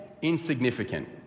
insignificant